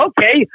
Okay